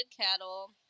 cattle